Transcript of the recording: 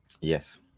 Yes